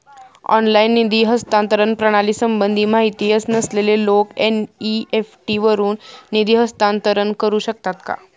Online निधी हस्तांतरण प्रणालीसंबंधी माहिती नसलेले लोक एन.इ.एफ.टी वरून निधी हस्तांतरण करू शकतात का?